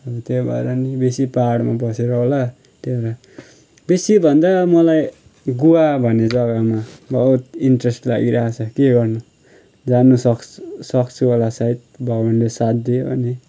अब त्यही भएर नि बेसी पाहाडमा बसेर होला त्यही भएर बेसीभन्दा मलाई गोवा भन्ने जग्गामा बहुत इन्ट्रेस्ट लागिरहेको छ के गर्नु जानुसक्छ सक्छु होला सायद भगवानले साथ दिए भने